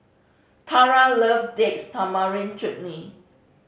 Tarah love Date Tamarind Chutney